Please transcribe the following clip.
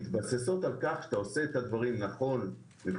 מתבססות על כך שאתה עושה את הדברים נכון רפואית,